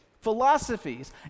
philosophies